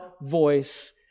voice